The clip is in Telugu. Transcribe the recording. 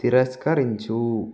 తిరస్కరించు